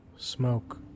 smoke